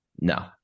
No